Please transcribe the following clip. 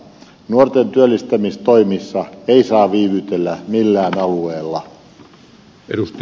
nuorten työllistämistoimissa ei saa viivytellä millään alueella